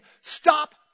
stop